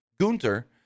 Gunter